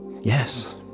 Yes